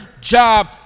job